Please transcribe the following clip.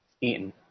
Eaton